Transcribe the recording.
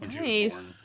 Nice